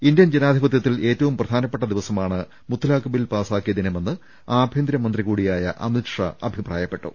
Indian ജനാധിപത്യത്തിൽ ഏറ്റവും പ്രധാന പ്പെട്ട ദിവസമാണ് മുത്തലാഖ് ബിൽ പാസ്സാക്കിയ ദിനമെന്ന് ആഭ്യന്തരമന്ത്രികൂടിയായ അമിത് ഷാ അഭിപ്രായപ്പെട്ടു